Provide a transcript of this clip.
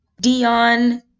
Dion